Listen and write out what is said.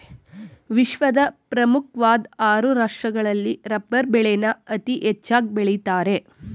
ವಿಶ್ವದ ಪ್ರಮುಖ್ವಾಧ್ ಆರು ರಾಷ್ಟ್ರಗಳಲ್ಲಿ ರಬ್ಬರ್ ಬೆಳೆನ ಅತೀ ಹೆಚ್ಚಾಗ್ ಬೆಳಿತಾರೆ